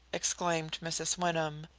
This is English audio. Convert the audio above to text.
exclaimed mrs. wyndham.